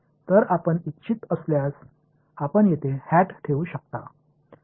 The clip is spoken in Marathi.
तर आपण इच्छित असल्यास आपण येथे हॅट ठेवू शकता